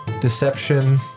deception